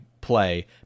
play